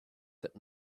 that